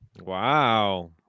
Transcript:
wow